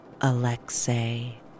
Alexei